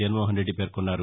జగన్మోహన్రెడ్డి పేర్కొన్నారు